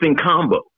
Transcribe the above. combo